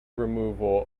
removal